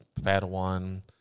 Padawan